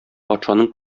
патшаның